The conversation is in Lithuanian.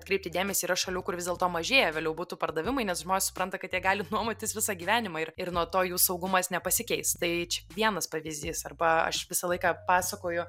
atkreipti dėmesį yra šalių kur vis dėlto mažėja vėliau butų pardavimai nes žmonės supranta kad jie gali nuomotis visą gyvenimą ir ir nuo to jų saugumas nepasikeis tai čia vienas pavyzdys arba aš visą laiką pasakoju